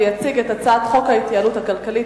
ויציג את הצעת חוק ההתייעלות הכלכלית